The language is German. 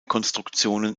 konstruktionen